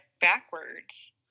backwards